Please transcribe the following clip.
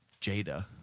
Jada